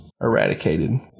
eradicated